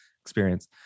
experience